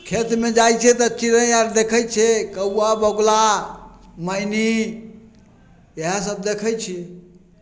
खेतमे जाइत छियै तऽ चिड़ै आर देखैत छियै कौवा बगुला मैनी इहए सब देखैत छी